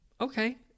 Okay